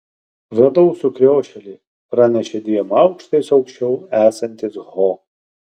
radau sukriošėlį pranešė dviem aukštais aukščiau esantis ho